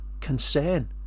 concern